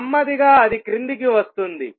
నెమ్మదిగా అది క్రిందికి వస్తుంది